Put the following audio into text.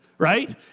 Right